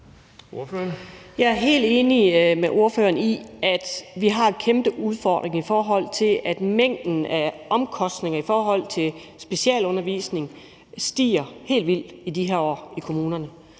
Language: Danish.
Jeg er helt enig med ordføreren i, at vi har en kæmpe udfordring med, at mængden af omkostninger til specialundervisning i kommunerne stiger helt vildt i de her år, og derfor